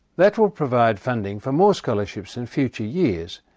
that will provide funding for more scholarships in future years,